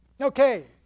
Okay